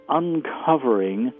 uncovering